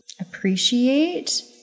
appreciate